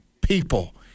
people